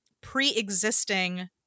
pre-existing